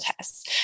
tests